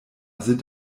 sind